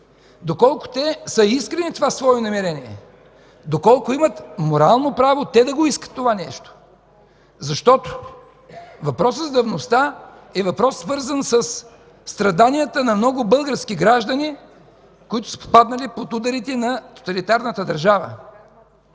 доколко те са искрени в това свое намерение, доколко имат морално право те да искат това нещо? Защото въпросът с давността е въпрос, свързан със страданията на много български граждани, които са попаднали под ударите на тоталитарната държава.